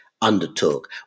undertook